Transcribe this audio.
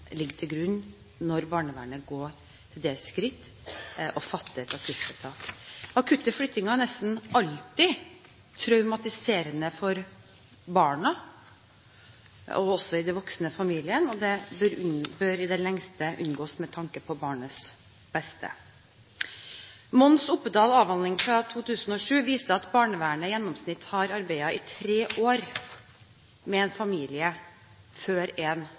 ligger til grunn når barnevernet går til det skritt å fatte et akuttvedtak. Akutte flyttinger er nesten alltid traumatiserende for barna – men også for de voksne i familien – og det bør i det lengste unngås med tanke på barnas beste. Mons Oppedals avhandling fra 2007 viser at barnevernet i gjennomsnitt har arbeidet i tre år med en familie før en